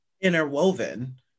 interwoven